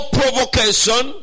provocation